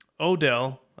Odell